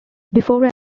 before